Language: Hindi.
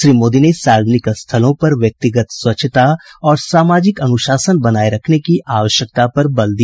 श्री मोदी ने सार्वजनिक स्थलों पर व्यक्तिगत स्वच्छता और सामाजिक अनुशासन बनाए रखने की आवश्यकता पर जोर दिया